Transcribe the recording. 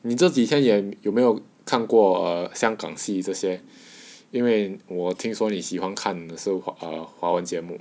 你这几天也有没有看过香港戏这些因为我听说你喜欢看那些华文节目